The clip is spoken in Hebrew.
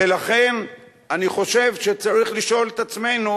ולכן אני חושב שצריך לשאול את עצמנו